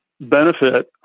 benefit